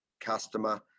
customer